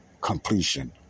completion